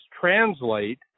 translate